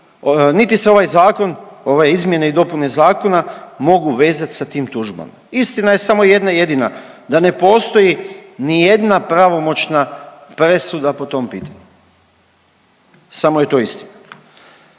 niti se ovaj zakon ove izmjene i dopune zakona mogu vezati sa tim tužbama. Istina je samo jedna jedina, da ne postoji niti jedna pravomoćna presuda po tom pitanju samo je to istina.